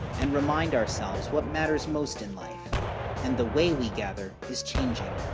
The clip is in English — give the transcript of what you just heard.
and remind ourselves what matters most in life and the way we gather is changing.